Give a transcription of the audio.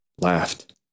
laughed